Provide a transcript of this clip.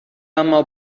اما